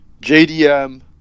JDM